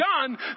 done